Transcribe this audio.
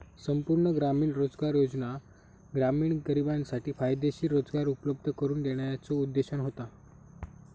संपूर्ण ग्रामीण रोजगार योजना ग्रामीण गरिबांसाठी फायदेशीर रोजगार उपलब्ध करून देण्याच्यो उद्देशाने होता